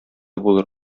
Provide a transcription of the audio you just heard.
булыр